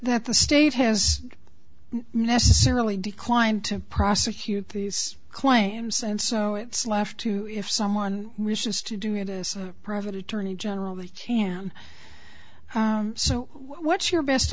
that the state has necessarily declined to prosecute these claims and so it's left to if someone wishes to do it as a private attorney general they can so what's your best